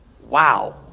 Wow